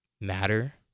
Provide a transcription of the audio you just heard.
matter